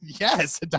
yes